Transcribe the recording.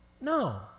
No